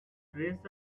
dress